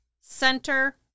center